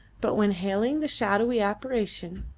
but when hailing the shadowy apparition,